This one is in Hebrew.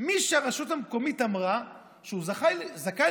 מי שהרשות המקומית אמרה שהוא זכאי